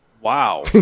Wow